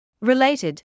Related